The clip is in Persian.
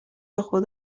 خود